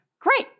great